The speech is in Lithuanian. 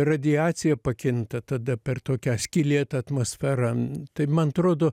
radiacija pakinta tada per tokią skylėtą atmosferą tai man atrodo